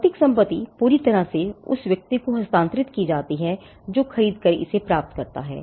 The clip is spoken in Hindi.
भौतिक संपत्ति पूरी तरह से उस व्यक्ति को हस्तांतरित की जाती है जो खरीद कर इसे प्राप्त करता है